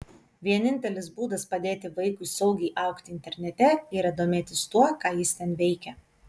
vienintelis būdas padėti vaikui saugiai augti internete yra domėtis tuo ką jis ten veikia